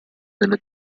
delle